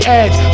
edge